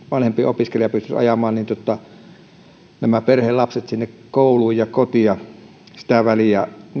vanhempi opiskelija pystyisi ajamaan perheen lapset kouluun ja kotiin sitä väliä